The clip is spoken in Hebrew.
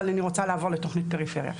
אבל אני רוצה לעבור לתכנית פריפריה.